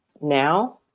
now